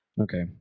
Okay